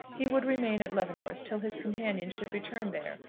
he would remain at leavenworth till his companion should return there,